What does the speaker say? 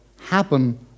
happen